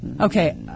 Okay